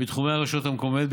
בתחומי הרשות המקומית,